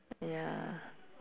ya